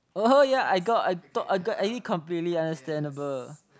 oh ya I got I thought I got any completely understandable